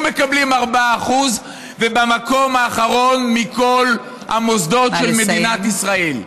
מקבלים 4% במקום האחרון מכל המוסדות של מדינת ישראל.